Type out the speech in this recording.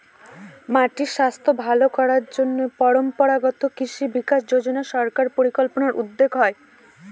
মাটির স্বাস্থ্য ভালো করার জন্য পরম্পরাগত কৃষি বিকাশ যোজনা সরকার দ্বারা পরিকল্পিত উদ্যোগ